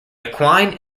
equine